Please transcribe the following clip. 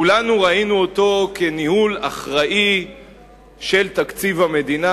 כולנו ראינו אותו כניהול אחראי של תקציב המדינה,